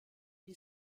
die